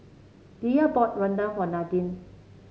Diya bought rendang for Nadine